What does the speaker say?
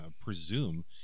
presume